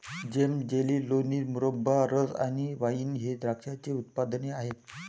जेम, jelly, लोणी, मुरब्बा, रस आणि वाइन हे द्राक्षाचे उत्पादने आहेत